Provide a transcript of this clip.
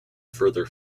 further